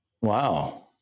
Wow